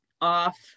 off